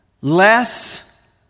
less